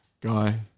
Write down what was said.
guy